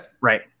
Right